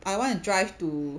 I wanna drive to